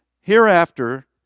Hereafter